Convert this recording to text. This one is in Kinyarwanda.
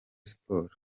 sports